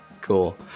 Cool